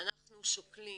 אנחנו שוקלים